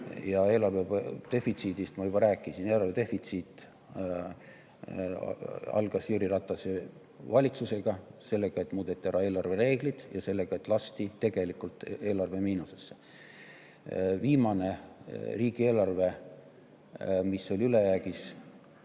Eelarve defitsiidist ma juba rääkisin. Eelarve defitsiit algas Jüri Ratase valitsuse ajal sellega, et muudeti ära eelarvereeglid, ja sellega, et lasti eelarve miinusesse. Viimane riigieelarve, mis oli ülejäägis,